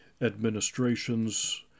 administrations